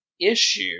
issue